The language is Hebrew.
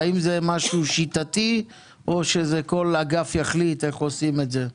והאם זה משהו שיטתי או שכל אגף יחליט איך עושים את זה?